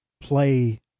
play